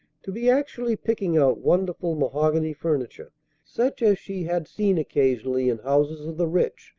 to be actually picking out wonderful mahogany furniture such as she had seen occasionally in houses of the rich,